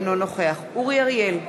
אינו נוכח אורי אריאל,